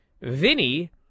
Vinny